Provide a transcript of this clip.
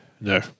No